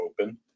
open